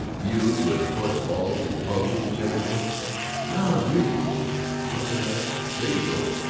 you with court balls and functions and everything no, really, old chap! mother and i lady doak,